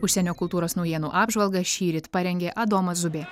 užsienio kultūros naujienų apžvalgą šįryt parengė adomas zubė